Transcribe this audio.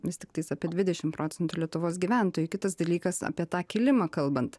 vis tiktais apie dvidešim procentų lietuvos gyventojų kitas dalykas apie tą kilimą kalbant